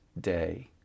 day